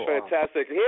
fantastic